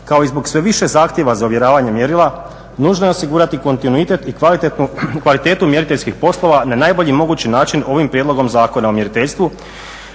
kao i zbog sve više zahtjeva za ovjeravanje mjerila nužno je osigurati kontinuitet i kvalitetu mjeriteljskih poslova na najbolji mogući način ovim Prijedlogom zakona o mjeriteljstvu